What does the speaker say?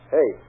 Hey